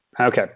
Okay